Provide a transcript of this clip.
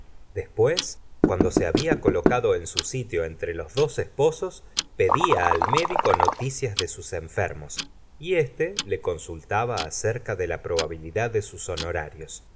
después cuando se había colocado en su sitio entre los dos esposos pedía al médico noticias de sus enfermos y éste le consultaba acerca de la probabilidad de sus honorarios